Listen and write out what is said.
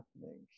happening